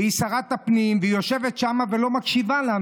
והיא שרת הפנים, והיא יושבת שם ולא מקשיבה לנו.